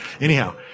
Anyhow